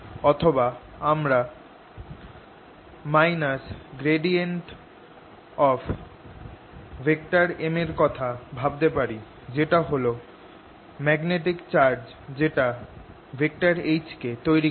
অথবা আমরা M এর কথা ভাবতে পারি যেটা হল একটা ম্যাগনেটিক চার্জ যেটা H কে তৈরি করে